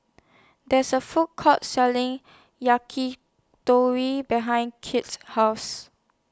There IS A Food Court Selling Yakitori behind Kirt's House